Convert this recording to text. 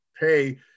pay